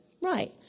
Right